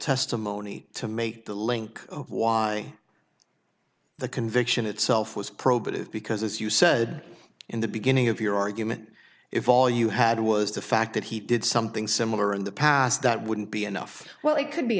testimony to make the link why the conviction itself was probative because as you said in the beginning of your argument if all you had was the fact that he did something similar in the past that wouldn't be enough well it could be